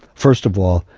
first of all,